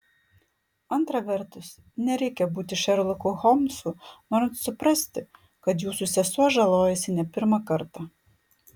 antra vertus nereikia būti šerloku holmsu norint suprasti kad jūsų sesuo žalojasi ne pirmą kartą